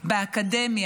באקדמיה,